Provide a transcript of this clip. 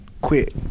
quit